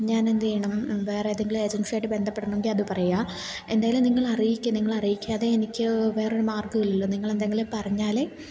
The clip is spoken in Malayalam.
ഞാന് എന്ത് ചെയ്യണം വേറെ ഏതെങ്കിലും ഏജൻസിയായിട്ട് ബന്ധപ്പെടണമെങ്കിൽ അത് പറയുക എന്തായാലും നിങ്ങളറിയിക്ക് നിങ്ങളറിയിക്കാതെ എനിക്ക് വേറൊരു മാർഗവും ഇല്ലല്ലോ നിങ്ങളെന്തെങ്കിലും പറഞ്ഞാല്